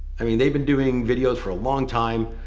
i mean, they've been doing videos for a long time.